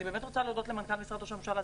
אני באמת רוצה להודות למנכ"ל משרד ראש הממשלה,